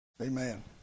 Amen